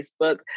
Facebook